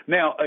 Now